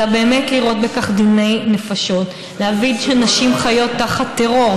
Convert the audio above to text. אלא באמת לראות בכך דיני נפשות: להבין שנשים חיות תחת טרור,